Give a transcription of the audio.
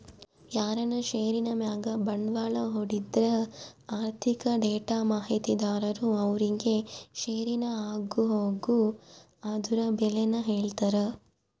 ಯಾರನ ಷೇರಿನ್ ಮ್ಯಾಗ ಬಂಡ್ವಾಳ ಹೂಡಿದ್ರ ಆರ್ಥಿಕ ಡೇಟಾ ಮಾಹಿತಿದಾರರು ಅವ್ರುಗೆ ಷೇರಿನ ಆಗುಹೋಗು ಅದುರ್ ಬೆಲೇನ ಹೇಳ್ತಾರ